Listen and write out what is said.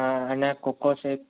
હા અને કોકો શેક